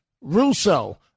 russo